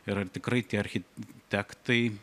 ir ar tikrai tie architektai